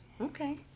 okay